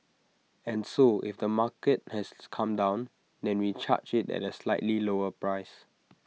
and so if the market has come down then we charge IT at A slightly lower price